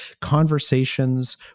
conversations